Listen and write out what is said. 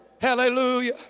Hallelujah